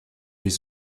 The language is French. les